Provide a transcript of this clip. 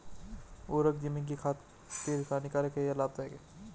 उर्वरक ज़मीन की खातिर हानिकारक है या लाभदायक है?